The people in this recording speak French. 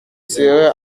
serait